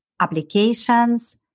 applications